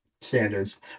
standards